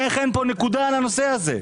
איך אין פה נקודה בנושא זה?